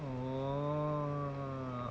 oh